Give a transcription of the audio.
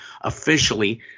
officially